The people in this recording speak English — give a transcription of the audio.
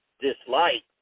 dislike